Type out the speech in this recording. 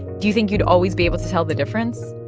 do you think you'd always be able to tell the difference?